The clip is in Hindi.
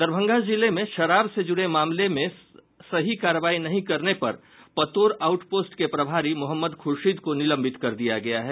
दरभंगा जिले में शराब से जुड़े मामले में सही करवाई नहीं करने पर पतोर आउट पोस्ट के प्रभारी मोहम्मद खुर्शीद को निलंबित कर दिया गया है